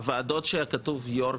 הוועדות שהיה כתוב יו"ר,